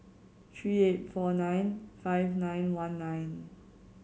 three eight four nine five nine one nine